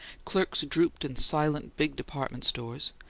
clerks drooped in silent, big department stores,